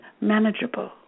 manageable